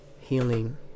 healing